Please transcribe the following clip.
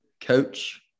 coach